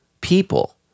people